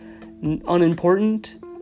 unimportant